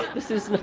this is